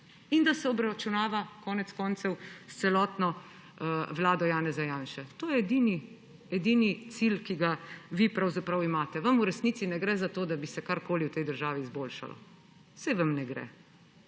in da se obračunava konec koncev s celotno vlado Janeza Janše. To je edini cilj, ki ga vi pravzaprav imate. Vam v resnici ne gre za to, da bi karkoli v tej državi izboljšalo. Saj vam ne gre.